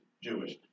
Jewish